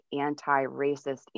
anti-racist